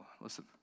listen